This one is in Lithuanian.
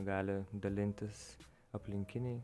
gali dalintis aplinkiniai